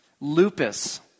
lupus